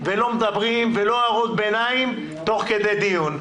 ולא מדברים ולא הערות ביניים תוך כדי דיון.